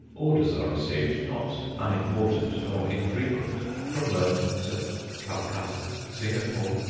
orders are received not unimportant, nor infrequent from merchants at calcutta, singapore,